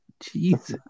Jesus